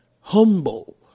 humble